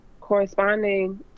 corresponding